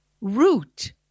root